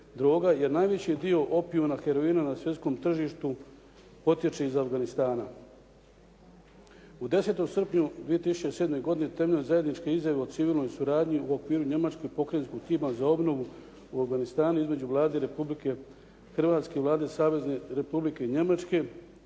i najveći dio opijuma i heroina na svjetskom tržištu potječe iz Afganistana. U 10. srpnju 2007. godini temeljem zajedničke izjave o civilnoj suradnji u okviru njemačkog pokrajinskog tima za obnovu u Afganistanu između Vlade Republike Hrvatske i Vlade Savezne Republike Njemačke